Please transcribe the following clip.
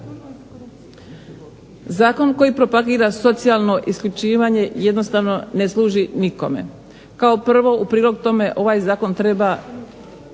Zakon koji propagira socijalno isključivanje jednostavno ne služi nikome. Kao prvo u prilog tome ovaj zakon treba